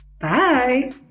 Bye